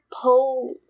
pull